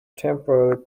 temporarily